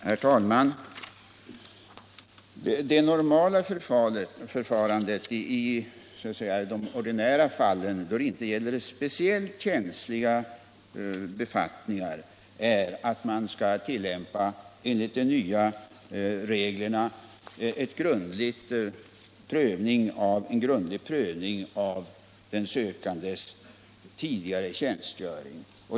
Herr talman! Det normala förfarandet i de så att säga ordinära fallen, då det inte gäller speciellt känsliga befattningar, är att man enligt de nya reglerna skall företa en grundlig prövning av den sökandes tidigare tjänstgöring.